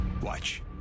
Watch